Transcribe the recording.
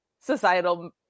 societal